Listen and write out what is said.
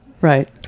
Right